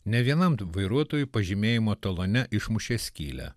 nė vienam vairuotojui pažymėjimo talone išmušė skylę